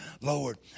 Lord